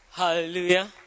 Hallelujah